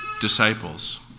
disciples